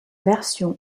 version